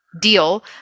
deal